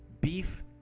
beef